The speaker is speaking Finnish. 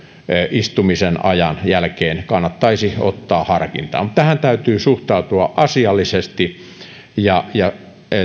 istumisen ajan jälkeen kannattaisi ottaa harkintaan mutta tähän täytyy suhtautua asiallisesti ja ja